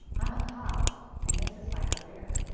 i'm a cop and this is my career.